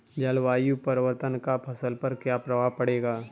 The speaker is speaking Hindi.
जलवायु परिवर्तन का फसल पर क्या प्रभाव पड़ेगा?